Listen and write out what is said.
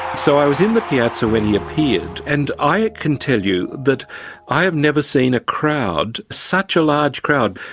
so i was in the piazza when he appeared, and i can tell you that i have never seen a crowd, such a large crowd,